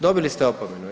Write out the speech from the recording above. Dobili ste opomenu.